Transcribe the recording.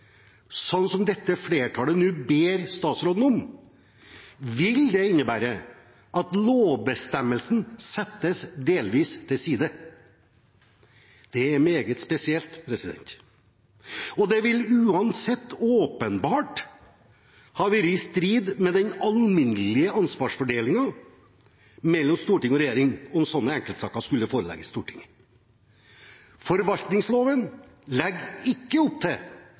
som dette flertallet nå ber statsråden om å gjøre, vil det innebære at lovbestemmelsen settes delvis til side. Det er meget spesielt. Det ville uansett åpenbart ha vært i strid med den alminnelige ansvarsfordelingen mellom storting og regjering om slike enkeltsaker skulle forelegges Stortinget. Forvaltningsloven legger ikke opp til